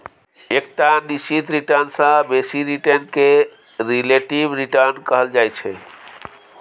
एकटा निश्चित रिटर्न सँ बेसी रिटर्न केँ रिलेटिब रिटर्न कहल जाइ छै